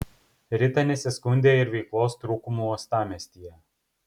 rita nesiskundė ir veiklos trūkumu uostamiestyje